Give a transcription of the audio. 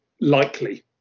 likely